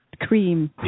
cream